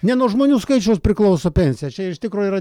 ne nuo žmonių skaičiaus priklauso pensija čia iš tikro yra